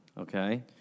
Okay